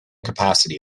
capacity